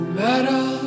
metal